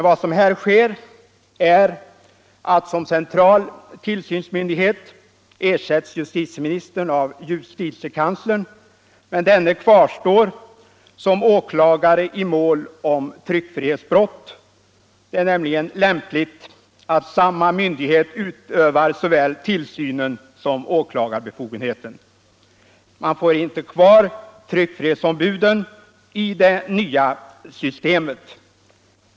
Vad som här sker är att justitieministern ersätts som central tillsynsmyndighet av justitiekanslern, men denne kvarstår som åklagare i mål vid tryckfrihetsbrott. Det är nämligen lämpligt att samma myndighet såväl utövar tillsyn som innehar åklagarbefogenhet. Tryckfrihetsombuden blir inte kvar i det nya systemet.